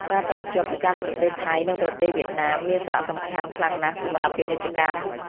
ការតភ្ជាប់ទៅកាន់ប្រទេសថៃនិងប្រទេសវៀតណាមមានសារៈសំខាន់ខ្លាំងណាស់សម្រាប់ពាណិជ្ជកម្ម។